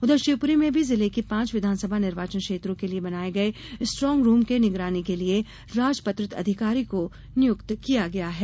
उधर शिवपुरी में भी जिले की पांच विधानसभा निर्वाचन क्षेत्रों के लिए बनाये स्ट्रॉग रूम के निगरानी के लिए राजपत्रित अधिकारी को नियुक्त किया गया है